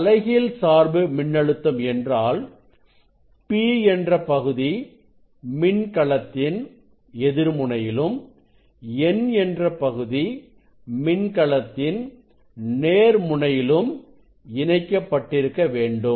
தலைகீழ் சார்பு மின்னழுத்தம் என்றால் P என்ற பகுதி மின்கலத்தின் எதிர் முனையிலும் N பகுதி மின்கலத்தின் நேர் முனையிலும் இணைக்கப்பட்டிருக்க வேண்டும்